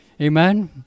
Amen